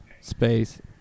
Space